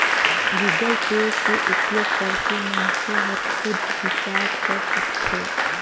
Google Pay के उपयोग करके मइनसे हर खुद रिचार्ज कर सकथे